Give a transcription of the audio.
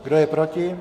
Kdo je proti?